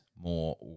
more